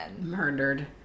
Murdered